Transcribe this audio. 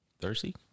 Thirsty